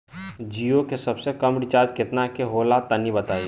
जीओ के सबसे कम रिचार्ज केतना के होला तनि बताई?